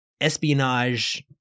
espionage